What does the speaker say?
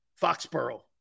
Foxborough